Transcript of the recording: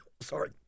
Sorry